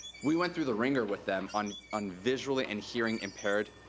we went through the wringer with them on on visually and hearing impaired